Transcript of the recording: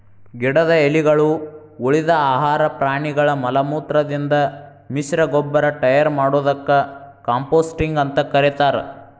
ಗಿಡದ ಎಲಿಗಳು, ಉಳಿದ ಆಹಾರ ಪ್ರಾಣಿಗಳ ಮಲಮೂತ್ರದಿಂದ ಮಿಶ್ರಗೊಬ್ಬರ ಟಯರ್ ಮಾಡೋದಕ್ಕ ಕಾಂಪೋಸ್ಟಿಂಗ್ ಅಂತ ಕರೇತಾರ